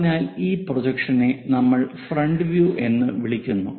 അതിനാൽ ഈ പ്രൊജക്ഷനെ നമ്മൾ ഇവിടെ ഫ്രണ്ട് വ്യൂ എന്ന് വിളിക്കുന്നു